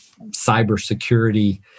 cybersecurity